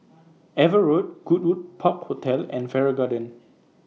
AVA Road Goodwood Park Hotel and Farrer Garden